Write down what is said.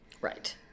Right